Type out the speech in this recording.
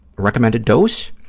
recommended dose,